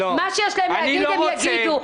מה שיש להם להגיד הם יגידו,